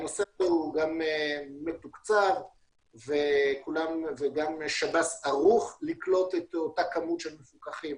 הנושא מתוקצב ושב"ס ערוך לקלוט את אותה כמות של מפוקחים.